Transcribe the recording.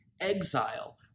exile